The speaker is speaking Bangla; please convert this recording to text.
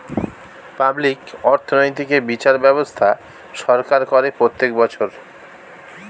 পাবলিক অর্থনৈতিক এ বিচার ব্যবস্থা সরকার করে প্রত্যেক বছর